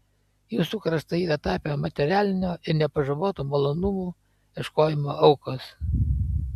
jūsų kraštai yra tapę materialinio ir nepažaboto malonumų ieškojimo aukos